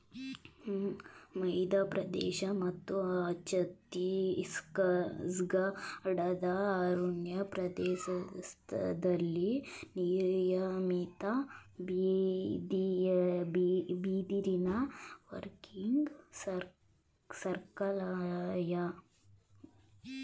ಮಧ್ಯಪ್ರದೇಶ ಮತ್ತು ಛತ್ತೀಸ್ಗಢದ ಅರಣ್ಯ ಪ್ರದೇಶ್ದಲ್ಲಿ ನಿಯಮಿತ ಬಿದಿರಿನ ವರ್ಕಿಂಗ್ ಸರ್ಕಲ್ಗಳಯ್ತೆ